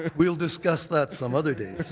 ah we'll discuss that some other day.